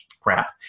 crap